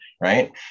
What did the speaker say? right